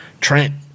Trent